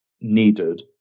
needed